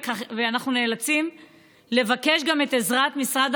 ואנחנו נאלצים לבקש גם את עזרת משרד